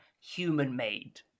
human-made